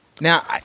Now